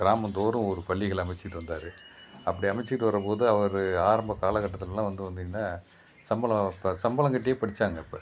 கிராமம் தோறும் ஒரு பள்ளிகளை அமைச்சிக்கிட்டுந்தாரு அப்டி அமைச்சிட்டு வரும்போது அவரு ஆரம்ப காலட்டத்திலேலலாம் வந்த வந்தோன்னா சம்பளம் இப்போ சம்பளம் கட்டி படித்தாங்க அப்போ